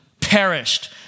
perished